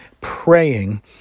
praying